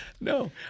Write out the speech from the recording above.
No